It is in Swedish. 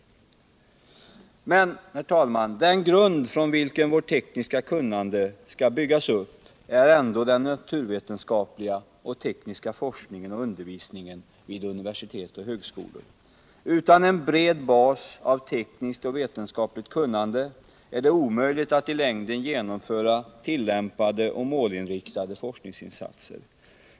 Men, herr talman, den grund från vilken vårt tekniska kunnande skall byggas upp är ändå den naturvetenskapliga och tekniska forskningen och undervisningen vid universitet och högskolor. Utan en bred bas av tekniskt och vetenskapligt kunnande är det omöjligt att i längden genomföra tillämpade och målinriktade forskningsinsatser.